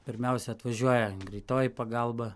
pirmiausia atvažiuoja greitoji pagalba